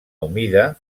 humida